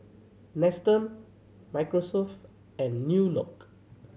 Nestum Microsoft and New Look